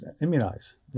immunize